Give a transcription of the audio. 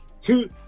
two